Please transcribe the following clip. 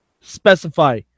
specify